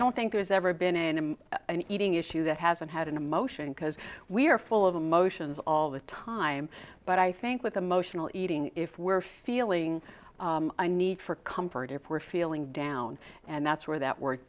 don't think there's ever been in him an eating issue that hasn't had an emotion because we are full of emotions all the time but i think with emotional eating if we're feeling a need for comfort if we're feeling down and that's where that word